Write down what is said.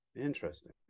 interesting